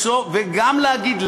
וגם להגיד,